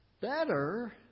better